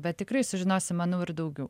bet tikrai sužinosim manau ir daugiau